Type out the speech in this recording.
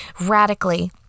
radically